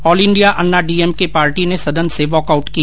all India Anna DMK party ने सदन से वॉकआउट किया